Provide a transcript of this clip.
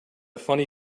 funny